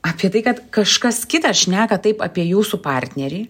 apie tai kad kažkas kitas šneka taip apie jūsų partnerį